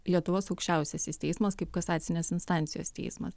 lietuvos aukščiausiasis teismas kaip kasacinės instancijos teismas